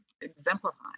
exemplifying